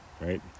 right